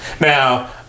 Now